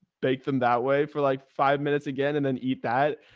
bake them that way for like five minutes again, and then eat that.